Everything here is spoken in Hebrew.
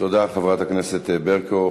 תודה לחברת הכנסת ברקו.